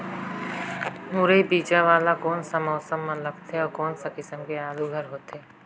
मुरई बीजा वाला कोन सा मौसम म लगथे अउ कोन सा किसम के आलू हर होथे?